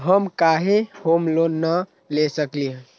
हम काहे home loan न ले सकली ह?